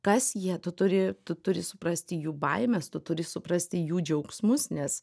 kas jie tu turi tu turi suprasti jų baimes tu turi suprasti jų džiaugsmus nes